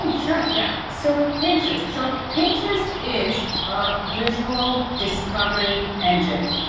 and sure. yeah. so pinterest so pinterest is a visual discovery engine,